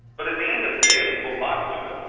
but at the end of the day if we go back to it,